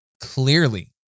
clearly